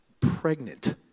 pregnant